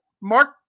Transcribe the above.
Mark